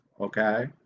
okay